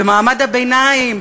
במעמד הביניים,